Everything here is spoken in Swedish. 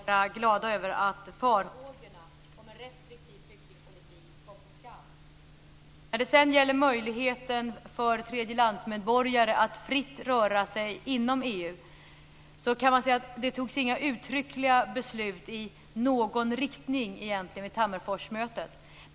Fru talman! När det gäller flyktingfrågorna kan man konstatera att vi gemensamt kan vara glada över att farhågorna om restriktiv flyktingpolitik kom på skam. När det sedan gäller möjligheten för tredjelandsmedborgare att fritt röra sig inom EU kan man säga att det egentligen inte togs några uttryckliga beslut i någon riktning vid Tammerforsmötet.